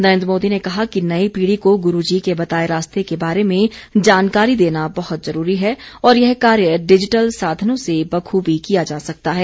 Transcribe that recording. नरेन्द्र मोदी कहा कि नई पीढ़ी को गुरू जी के बताए रास्ते के बारे में जानकारी देना बहुत जरूरी है और यह कार्य डिजिटल साधनों से बखूबी किया जा सकता है